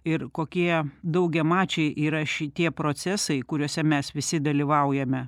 ir kokie daugiamačiai yra šitie procesai kuriuose mes visi dalyvaujame